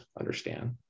understand